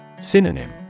Synonym